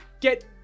get